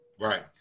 Right